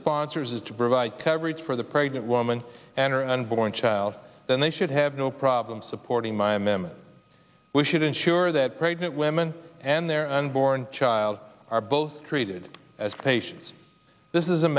sponsors is to provide coverage for the pregnant woman and her unborn child then they should have no problem supporting my m m we should ensure that pregnant women and their unborn child are both treated as patients this is a